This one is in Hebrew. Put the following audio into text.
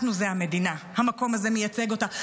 אנחנו זה המדינה, המקום הזה מייצג אותה.